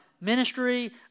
ministry